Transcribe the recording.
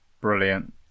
Brilliant